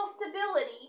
stability